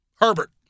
Herbert